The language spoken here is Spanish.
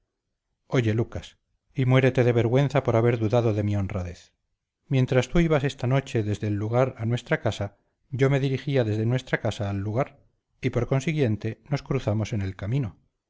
oye lucas y muérete de vergüenza por haber dudado de mi honradez mientras tú ibas esta noche desde el lugar a nuestra casa yo me dirigía desde nuestra casa al lugar y por consiguiente nos cruzamos en el camino